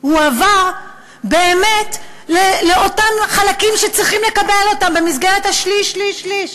הועבר באמת לאותם חלקים שצריכים לקבל אותו במסגרת השליש-שליש-שליש: